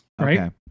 right